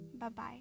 Bye-bye